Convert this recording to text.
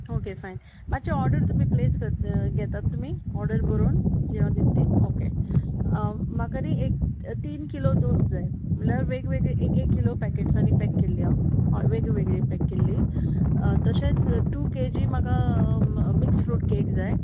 okay fine मातशे order तुमी place करता घेतात तुमी ऑर्डर बरोवन जी हांव दितात ती ओके म्हाका न्हय एक तीन किलो दोस जाय म्हणल्यार वेगवेगळी एक एक किलो पॅकेट्सांनी पॅक केल्ली आं हय वेगवेगळी पॅक केल्ली तशेंच टू के जी म्हाका मिक्स फ्रूट केक जाय